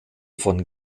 von